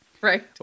Right